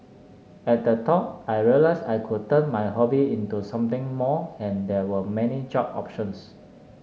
at the talk I realised I could turn my hobby into something more and there were many job options